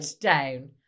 down